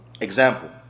example